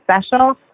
special